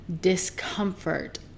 discomfort